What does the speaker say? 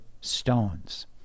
stones